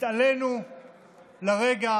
התעלינו לרגע